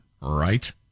Right